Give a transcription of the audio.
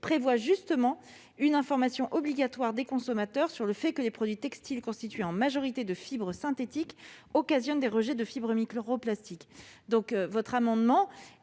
prévoit justement une information obligatoire des consommateurs sur le fait que les produits textiles, constitués en majorité de fibres synthétiques, occasionnent des rejets de fibres microplastiques. Votre amendement